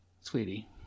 Sweetie